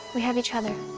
we have each other.